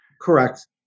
Correct